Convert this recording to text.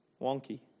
Wonky